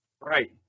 right